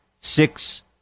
six